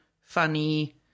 funny